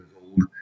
old